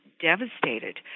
devastated